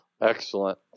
Excellent